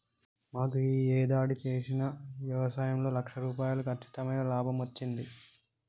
మాకు యీ యేడాది చేసిన యవసాయంలో లక్ష రూపాయలు కచ్చితమైన లాభమచ్చింది